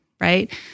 right